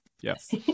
Yes